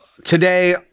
Today